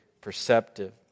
perceptive